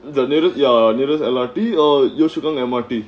the nearest ya nearest L_R_T or yio chu kang M_R_T